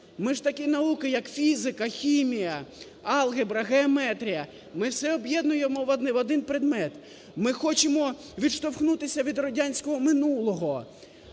Ми ж такі науки, як фізика, хімія, алгебра, геометрія, ми все об'єднуємо в один предмет. Ми хочемо відштовхнутися від радянського минулого,